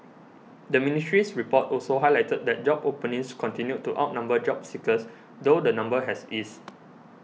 the ministry's report also highlighted that job openings continued to outnumber job seekers though the number has eased